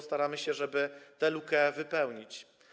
Staramy się, żeby tę lukę wypełnić.